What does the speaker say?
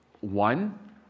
One